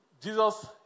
Jesus